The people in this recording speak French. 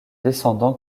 descendants